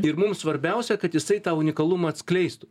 ir mums svarbiausia kad jisai tą unikalumą atskleistų